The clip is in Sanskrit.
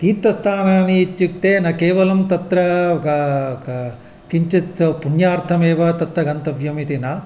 तीर्थस्थानानि इत्युक्ते न केवलं तत्र ग क किञ्चित् पुण्यार्थमेव तत्र गन्तव्यम् इति न